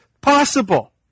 possible